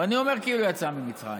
ואני אומר "כאילו הוא יצא ממצרים",